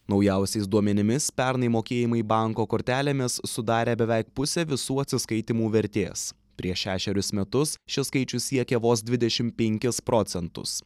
naujausiais duomenimis pernai mokėjimai banko kortelėmis sudarė beveik pusė visų atsiskaitymų vertės prieš šešerius metus šis skaičius siekė vos dvidešim penkis procentus